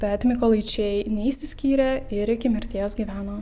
bet mykolaičiai neišsiskyrė ir iki mirties gyveno